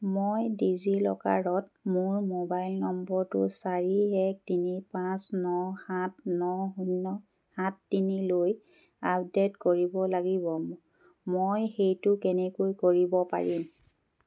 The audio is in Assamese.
মই ডিজিলকাৰত মোৰ মোবাইল নম্বৰটো চাৰি এক তিনি পাঁচ ন সাত ন শূন্য সাত তিনিলৈ আপডেট কৰিব লাগিব মই সেইটো কেনেকৈ কৰিব পাৰিম